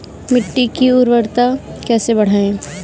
मिट्टी की उर्वरता कैसे बढ़ाएँ?